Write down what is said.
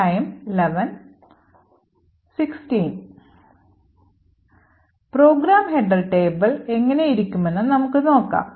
program header table എങ്ങനെയിരിക്കുമെന്ന് നമുക്ക് നോക്കാം